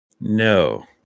No